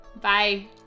Bye